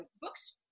books